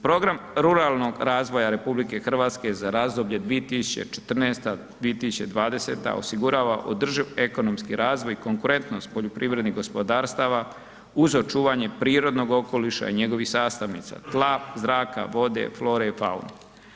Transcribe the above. Program ruralnog razvoja RH za razdoblje 2014. – 2020. osigurava održiv ekonomski razvoj i konkurentnost poljoprivrednih gospodarstva uz očuvanje prirodnog okoliša i njegovih sastavnica tla, zraka, vode, flore i faune.